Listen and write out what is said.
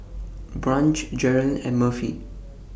Branch Jerilyn and Murphy